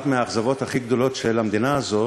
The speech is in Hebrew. אחת מהאכזבות הכי גדולות של המדינה הזו